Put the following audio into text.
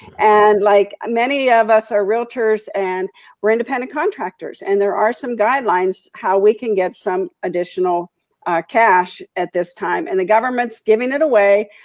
and like many of us are realtors and we're independent contractors. and there are some guidelines how we can get some additional cash at this time. and the government is giving it away.